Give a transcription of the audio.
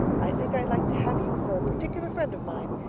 i think i'd like to have you for a particular friend of mine,